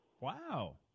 Wow